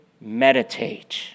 meditate